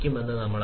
നമ്മൾ 1 12